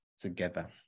together